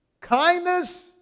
Kindness